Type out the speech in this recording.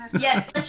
Yes